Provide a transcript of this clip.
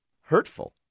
hurtful